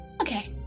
okay